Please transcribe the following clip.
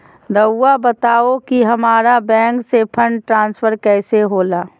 राउआ बताओ कि हामारा बैंक से फंड ट्रांसफर कैसे होला?